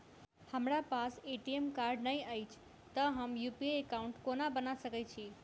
हमरा पास ATM card नहि अछि तए हम यु.पी.आई एकॉउन्ट कोना बना सकैत छी